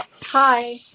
hi